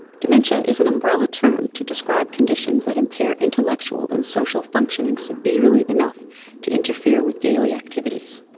dementia is an umbrella term to describe conditions that impair intellectual and social functioning severely enough to interfere with daily activities.